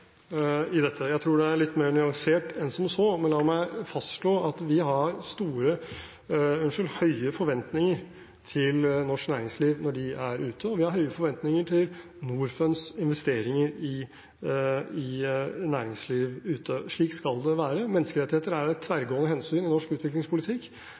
i dette. Jeg tror det er litt mer nyansert enn som så. Men la meg fastslå at vi har høye forventninger til norsk næringsliv når de er ute, og vi har høye forventninger til Norfunds investeringer i næringsliv ute. Slik skal det være. Menneskerettigheter er et